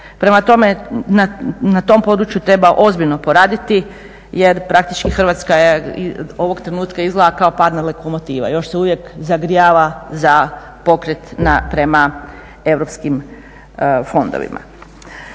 Prema tome, na tom području treba ozbiljno poraditi jer praktički Hrvatska ovog trenutka izgleda kao parna lokomotiva, još se uvijek zagrijava na pokreta prema europskim fondovima.